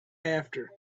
after